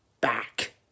back